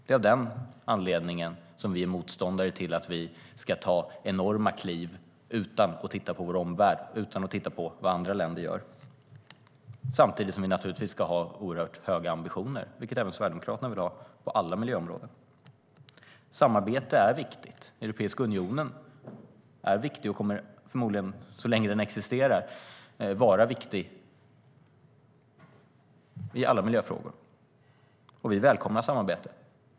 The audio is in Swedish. Det är av den anledningen som vi är motståndare till att vi ska ta enorma kliv i förhållande till vår omvärld utan att titta på vad andra länder gör. Samtidigt ska vi naturligtvis ha oerhört höga ambitioner, vilket även Sverigedemokraterna vill ha på alla miljöområden. Samarbete är viktigt. Europeiska unionen är viktig och kommer förmodligen så länge den existerar att vara viktig i alla miljöfrågor. Vi välkomnar samarbete.